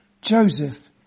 Joseph